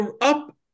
up